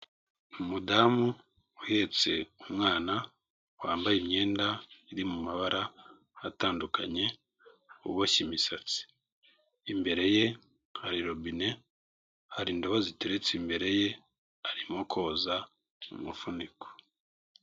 Umudamu uhetse umwana wambaye imyenda iri mu mabara atandukanye, uboshye imisatsi, imbere ye hari robine, hari indobo ziteretse imbere ye, arimo koza umufuniko.